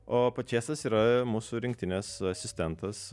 o pačėsas yra mūsų rinktinės asistentas